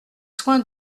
soins